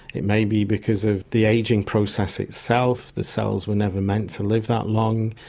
it may be because of the ageing process itself, the cells were never meant to live that long,